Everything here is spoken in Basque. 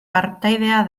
partaidea